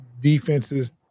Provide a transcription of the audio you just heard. defenses